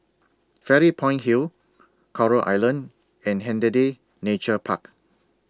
Fairy Point Hill Coral Island and Hindhede Nature Park